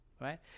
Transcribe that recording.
Right